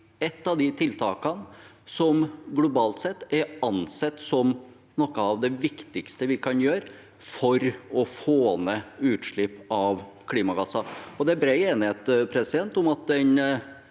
et av de tiltakene som globalt sett er ansett som noe av det viktigste vi kan gjøre for å få ned utslipp av klimagasser. Det er bred enighet om at